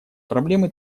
проблемы